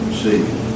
see